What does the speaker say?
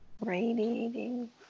radiating